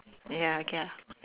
ya okay ah